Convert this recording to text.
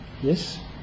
Yes